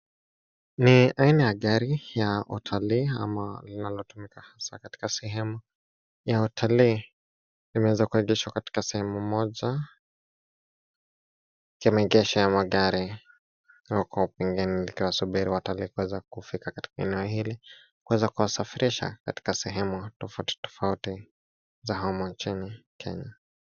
Ni aina ya gari ya utalii ama linalotumika katika sehemu ya utalii limeweza kuegeshwa katika sehemu moja ya maegesho ya magari huku pengine likiwasubiri watalii kuweza kufika katika eneo hili kuweza kuwasafirisha katika sehemu tofautitofauti za humu nchini kenya.